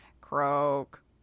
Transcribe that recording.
croak